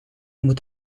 moet